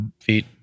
feet